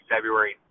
February